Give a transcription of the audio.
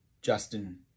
Justin